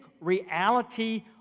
reality